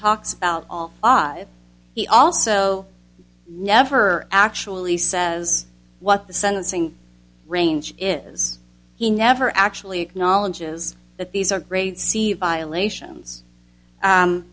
talks about all five he also never actually says what the sentencing range is he never actually acknowledges that these are great see elations